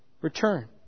return